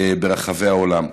ברחבי העולם.